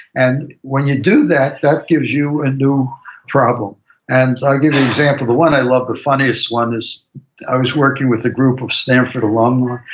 and when you do that, that gives you a new problem and i'll give you an example. the one i love, the funniest one is i was working with a group of stanford alumna,